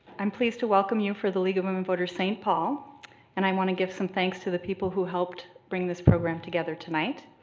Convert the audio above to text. i'm pleased to welcome you for the league of women voters saint paul and i wanna give some thanks to the people who helped bring this program together tonight.